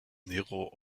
nero